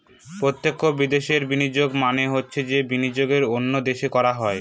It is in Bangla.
প্রত্যক্ষ বিদেশে বিনিয়োগ মানে হচ্ছে যে বিনিয়োগ অন্য দেশে করা হয়